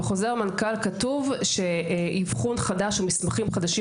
בחוזר מנכ"ל כתוב שאבחון חדש ומסמכים חדשים,